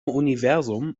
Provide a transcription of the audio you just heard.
universum